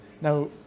now